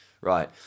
right